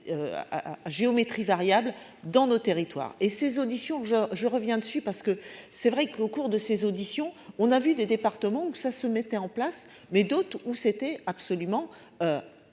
géométrie variable dans nos territoires et ces auditions que je je reviens dessus parce que c'est vrai qu'au cours de ses auditions. On a vu des départements où ça se mettait en place mais d'autres où c'était absolument.